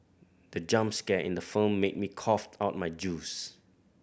the jump scare in the film made me cough out my juice